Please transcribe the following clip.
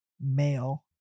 male